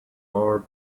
are